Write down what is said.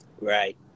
Right